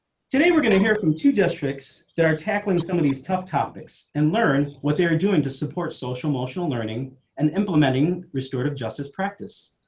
today we're going to hear from two districts that are tackling some of these tough topics and learn what they're doing to support social emotional learning and implementing restorative justice practice.